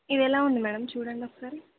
ఇవి ఎలా ఉంది మేడమ్ చూడండి ఒకసారి